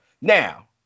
Now